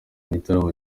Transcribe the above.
igitaramo